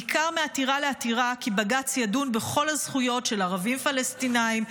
ניכר מעתירה לעתירה כי בג"ץ ידון בכל הזכויות של ערבים פלסטינים,